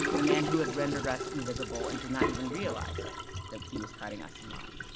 the man who had rendered us invisible, and did not even realize that he was cutting us in line.